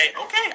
okay